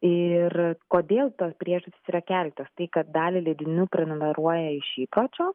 ir kodėl tos priežastys yra keletas tai kad dalį leidinių prenumeruoja iš įpročio